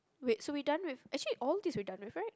wait so we done with actually all these we're done with right